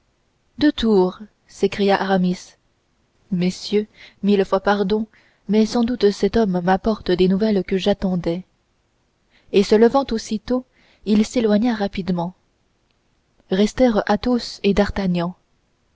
de tours s'écria aramis messieurs mille pardons mais sans doute cet homme m'apporte des nouvelles que j'attendais et se levant aussitôt il s'éloigna rapidement restèrent athos et d'artagnan